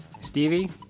Stevie